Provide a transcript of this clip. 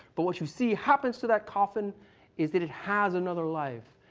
but what you see happens to that coffin is that it has another life.